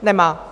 Nemá.